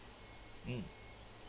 mm